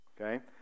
Okay